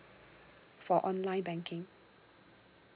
for online banking